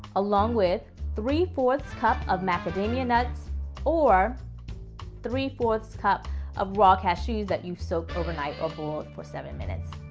along with three four cup of macadamia nuts or three four cup of raw cashews that you've soaked overnight or boiled for seven minutes.